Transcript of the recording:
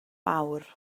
awr